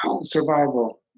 Survival